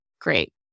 great